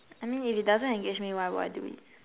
I mean if it doesn't engage me why would I do it